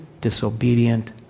disobedient